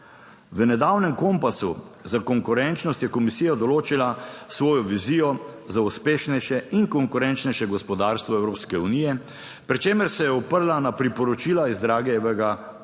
V nedavnem Kompasu za konkurenčnost je komisija določila svojo vizijo za uspešnejše in konkurenčnejše gospodarstvo Evropske unije, pri čemer se je oprla na priporočila iz Draghijevega poročila.